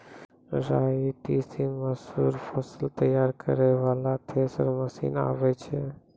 राई तीसी मसूर फसल तैयारी करै वाला थेसर मसीन आबै छै?